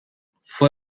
fue